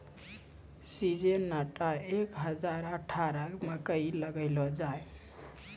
Syngenta एक हजार अठारह मकई लगैलो जाय?